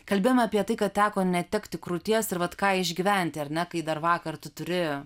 kalbėjome apie tai kad teko netekti krūties ir vat ką išgyventi ar ne kai dar vakar tu turi